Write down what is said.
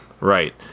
Right